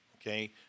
okay